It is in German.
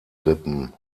rippen